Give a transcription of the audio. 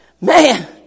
man